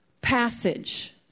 passage